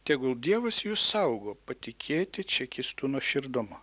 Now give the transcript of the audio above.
tegul dievas jus saugo patikėti čekistų nuoširdumu